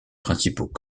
principaux